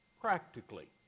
practically